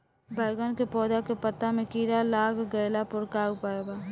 बैगन के पौधा के पत्ता मे कीड़ा लाग गैला पर का उपाय बा?